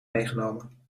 meegenomen